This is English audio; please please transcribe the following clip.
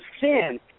sin